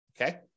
Okay